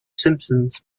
simpsons